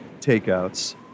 takeouts